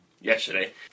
yesterday